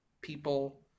people